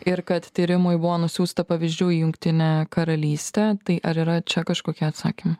ir kad tyrimui buvo nusiųsta pavyzdžių į jungtinę karalystę tai ar yra čia kažkokia atsakymų